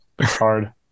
hard